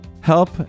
help